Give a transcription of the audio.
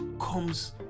comes